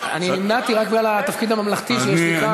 אני נמנעתי רק בגלל התפקיד הממלכתי שיש לי כאן,